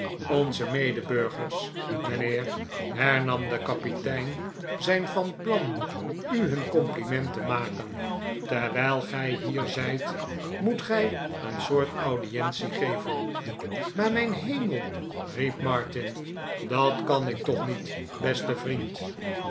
onze medeburgers mijnheer hernam de kapitein zijn van plan u hun compliment te maken terwijl gij hier zijt moet gij een soort audientie geven maar mijn hemel riep martin dat kan ik toch niet beste vriend